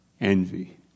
envy